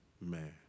Man